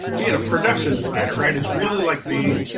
being a production designer and is really like being